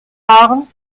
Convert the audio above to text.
fahren